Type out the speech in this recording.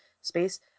space